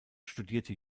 studierte